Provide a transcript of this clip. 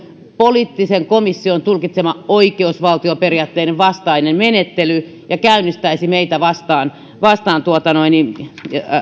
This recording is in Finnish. poliittisen komission tulkitsema oikeusvaltioperiaatteiden vastainen menettely ja käynnistäisi meitä vastaan vastaan